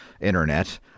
internet